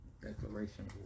Declaration